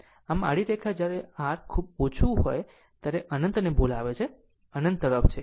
છેવટે આ આડી રેખા જ્યારે R ખૂબ ઓછી હોય છે ત્યારે તે અનંતને બોલાવે છે અનંત તરફ છે